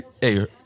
Hey